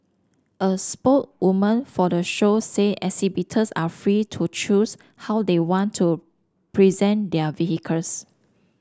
a spokeswoman for the show said exhibitors are free to choose how they want to present their